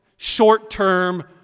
short-term